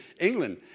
England